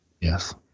Yes